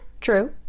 True